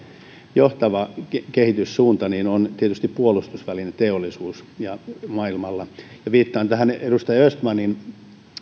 johtava kehityssuunta on tietysti puolustusvälineteollisuus maailmalla ja viittaan edustaja östmanin